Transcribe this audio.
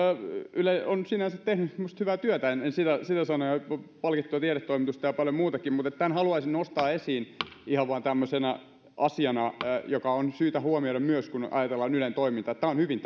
yle on sinänsä tehnyt minusta hyvää työtä en sitä sano on palkittua tiedetoimitusta ja paljon muutakin mutta tämän haluaisin nostaa esiin ihan vain tämmöisenä asiana joka on syytä huomioida myös kun ajatellaan ylen toimintaa tämä on hyvin